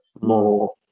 more